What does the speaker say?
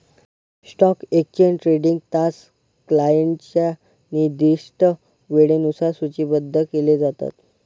stock exchange trading तास क्लायंटच्या निर्दिष्ट वेळेनुसार सूचीबद्ध केले जातात